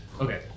Okay